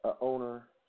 owner